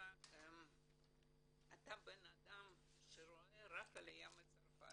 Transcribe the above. שאתה אדם שרואה רק את העלייה מצרפת,